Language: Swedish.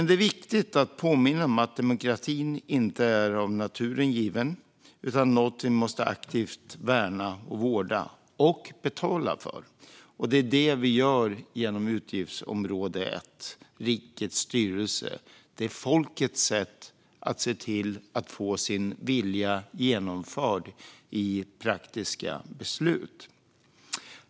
Det är viktigt att påminna om att demokratin inte är av naturen given utan något vi måste aktivt värna och vårda - och betala för. Det är det vi gör genom utgiftsområde 1 Rikets styrelse. Det är folkets sätt att se till att få sin vilja genomförd i praktiska beslut.